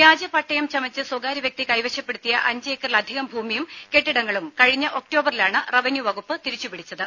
വ്യാജ പട്ടയം ചമച്ച് സ്വകാര്യ വ്യക്തി കൈവശപ്പെടുത്തിയ അഞ്ചേക്കറിലധികം ഭൂമിയും കെട്ടിടങ്ങളും കഴിഞ്ഞ ഒക്ടോബറിലാണ് റവന്യൂ വകുപ്പ് തിരിച്ചുപിടിച്ചത്